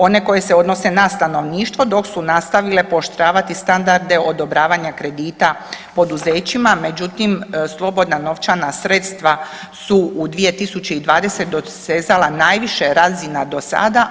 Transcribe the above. One koje se odnose na stanovništvo dok su nastavile pooštravati standarde odobravanja kredita poduzećima međutim slobodna novčana sredstva su u 2020. sezala najviše razina do sada.